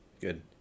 Good